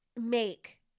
make –